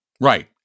Right